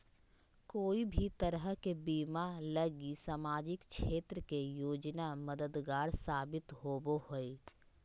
कोय भी तरह के बीमा लगी सामाजिक क्षेत्र के योजना मददगार साबित होवो हय